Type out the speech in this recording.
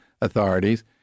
authorities